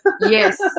Yes